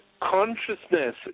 consciousness